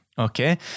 Okay